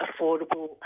affordable